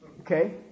okay